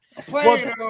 playing